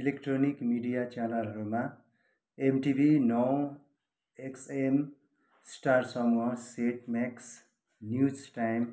electronic media च्यानलहरूमा MTV नौ XM Star समूह सेट म्याक्स न्यूज टाइम